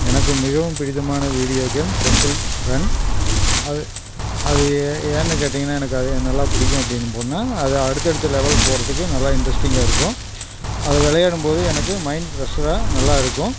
எனக்கு மிகவும் பிடித்தமான வீடியோ கேம் டெம்பிள் ரன் அது அது ஏன்னு கேட்டிங்கன்னா எனக்கு அதை நல்லா பிடிக்கும் அப்படின்னு போனால் அது அடுத்த அடுத்த லெவல் போகிறதுக்கு நல்லா இன்ட்ரெஸ்டிங்காக இருக்கும் அது விளையாடும் போது எனக்கு மைண்ட் ஃப்ரெஷ்ஷ நல்லா இருக்கும்